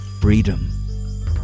freedom